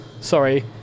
Sorry